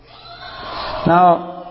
Now